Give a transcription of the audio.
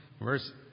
Verse